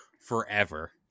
forever